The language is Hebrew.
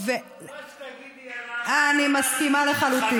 מה שתגידי עליו, אני מסכימה לחלוטין.